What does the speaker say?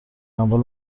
اموال